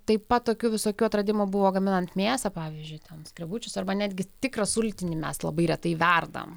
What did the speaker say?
taip pat tokių visokių atradimų buvo gaminant mėsą pavyzdžiui ten skrebučius arba netgi tikrą sultinį mes labai retai verdam